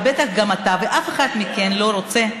ובטח גם אתה ואף אחד מכם לא רוצה,